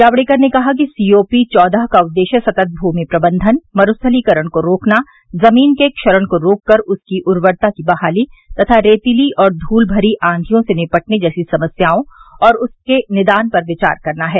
जावड़ेकर ने कहा कि सी ओ पी चौदह का उद्देश्य सतत भूमि प्रबंधन मरूस्थलीकरण को रोकना जमीन के क्षरण को रोककर उसकी उर्वरता की बहाली तथा रेतीली और धूलभरी आधियों से निपटने जैसी समस्याओं और उनके निदान पर विचार करना है